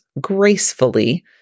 gracefully